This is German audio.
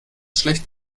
schlecht